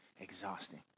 exhausting